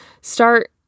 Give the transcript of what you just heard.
start